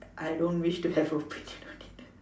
I don't wish to have opinion on it